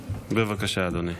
בבקשה, אדוני.